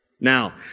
Now